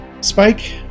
Spike